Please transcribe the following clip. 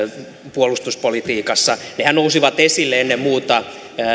puolustuspolitiikassa nehän nousivat esille ennen muuta